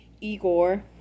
Igor